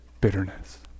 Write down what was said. bitterness